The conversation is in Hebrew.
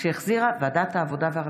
שהחזירה ועדת העבודה והרווחה.